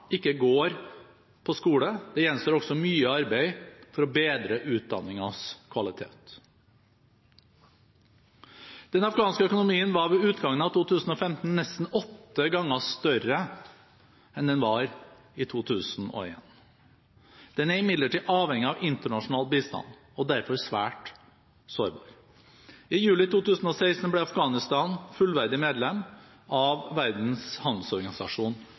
ikke går på skole. Det gjenstår også mye arbeid for å bedre utdanningens kvalitet. Den afghanske økonomien var ved utgangen av 2015 nesten åtte ganger større enn den var i 2001. Den er imidlertid avhengig av internasjonal bistand og derfor svært sårbar. I juli 2016 ble Afghanistan fullverdig medlem av Verdens handelsorganisasjon